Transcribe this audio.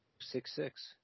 Six-six